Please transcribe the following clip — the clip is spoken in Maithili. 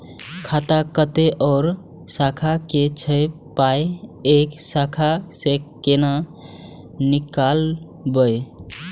खाता कतौ और शाखा के छै पाय ऐ शाखा से कोना नीकालबै?